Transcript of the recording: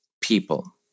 people